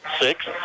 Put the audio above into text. six